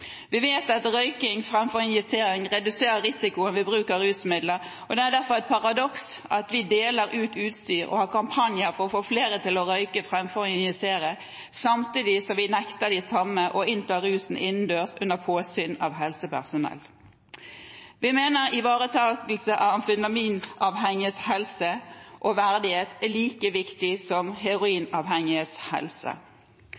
Vi vet at røyking framfor injisering reduserer risikoen ved bruk av rusmidler, og det er derfor et paradoks at vi deler ut utstyr og har kampanjer for å få flere til å røyke framfor å injisere, samtidig som vi nekter de samme å innta rusen innendørs under påsyn av helsepersonell. Vi mener ivaretakelse av amfetaminavhengiges helse og verdighet er like viktig som